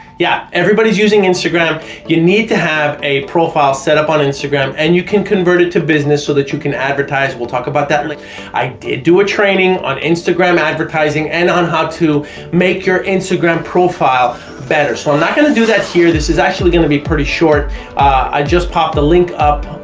yeah everybody's using instagram you need to have a profile set up on instagram and you can convert it to business so that you can advertise. we'll talk about that like i did do a training on instagram advertising and on how to make your instagram profile better so i'm not going to do that here this is actually gonna be pretty short i just popped the link up